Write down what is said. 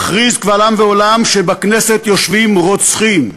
מכריז קבל עם ועולם שבכנסת יושבים רוצחים,